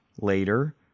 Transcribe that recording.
later